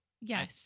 Yes